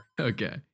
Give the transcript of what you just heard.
Okay